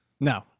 No